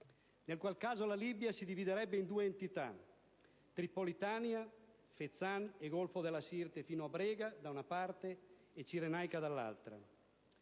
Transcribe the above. In tal caso, la Libia si dividerebbe in due unità: Tripolitania, Fezzan e Golfo della Sirte fino a Brega da una parte, e Cirenaica dall'altra.